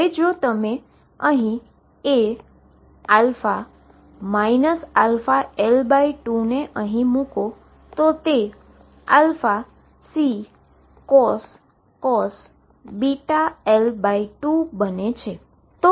હવે જો તમે અહીં A αL2 ને અહી મુકો તો તે αCcos βL2 બને છે